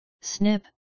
snip